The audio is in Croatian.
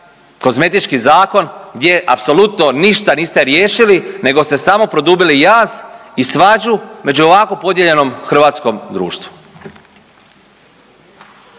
kozmetički zakon gdje apsolutno ništa niste riješili nego ste samo produbili jaz i svađu među ovako podijeljenom hrvatskom društvu.